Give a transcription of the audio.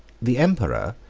the emperor,